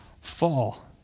fall